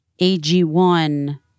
AG1